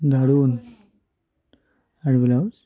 দারুন আর ব্লাউজ